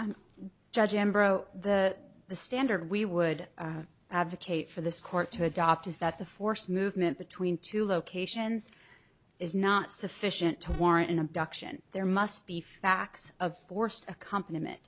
the the standard we would advocate for this court to adopt is that the forced movement between two locations is not sufficient to warrant an abduction there must be facts of force accompaniment